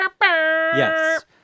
yes